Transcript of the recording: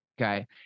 okay